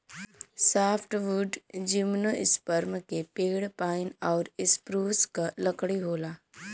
softwood gymnosperm के पेड़ pine आउर स्प्रूस क लकड़ी होला